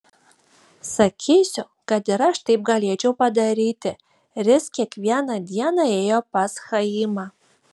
sakysiu kad ir aš taip galėčiau padaryti ris kiekvieną dieną ėjo pas chaimą